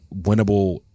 winnable